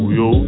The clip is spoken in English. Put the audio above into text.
yo